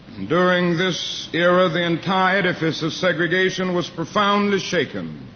during this era the entire edifice of segregation was profoundly shaken.